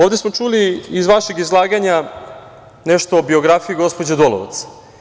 Ovde smo čuli iz vašeg izlaganja nešto o biografiji gospođe Dolovac.